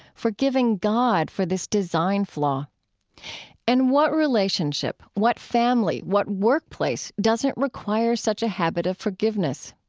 forgiving god for this design flaw and what relationship, what family, what workplace, doesn't require such a habit of forgiveness?